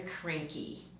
cranky